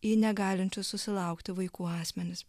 į negalinčių susilaukti vaikų asmenis